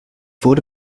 wurde